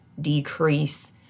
decrease